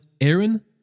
Aaron